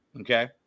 okay